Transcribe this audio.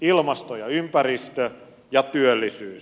ilmasto ja ympäristö ja työllisyys